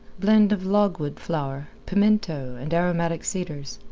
blend of logwood flower, pimento, and aromatic cedars.